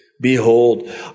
behold